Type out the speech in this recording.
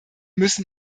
müssen